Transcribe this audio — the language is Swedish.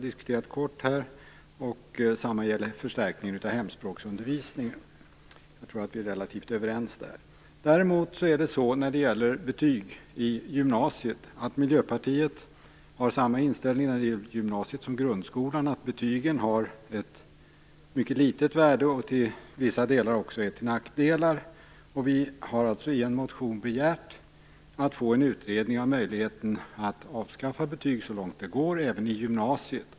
Detsamma gäller förstärkningen av hemspråksundervisningen. Jag tror att vi där är relativt överens. När det däremot gäller betyg i gymnasiet har Miljöpartiet samma inställning som beträffande betyg i grundskolan, att betygen har ett mycket litet värde och delvis är till nackdel. Vi har i en motion begärt en utredning om möjligheten att avskaffa betyg så långt det går, även i gymnasiet.